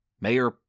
Mayor